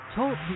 Talk